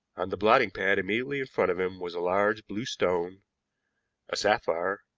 on the blotting-pad immediately in front of him was a large blue stone a sapphire